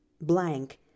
blank